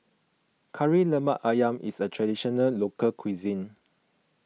Kari Lemak Ayam is a Traditional Local Cuisine